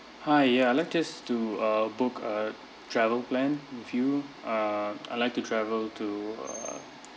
hi ya let us do a book a travel plan with you uh I like to travel to uh